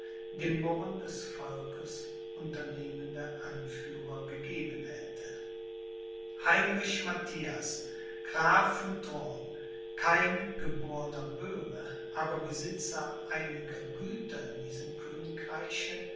dem murren des volks unternehmende anführer gegeben hätte heinrich matthias graf von thurn kein geborner böhme aber besitzer einiger güter in diesem königreiche